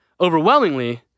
overwhelmingly